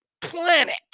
planet